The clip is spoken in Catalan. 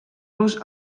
los